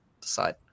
decide